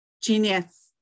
genius